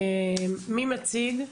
מי מציג?